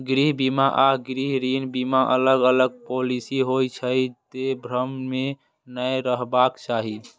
गृह बीमा आ गृह ऋण बीमा अलग अलग पॉलिसी होइ छै, तें भ्रम मे नै रहबाक चाही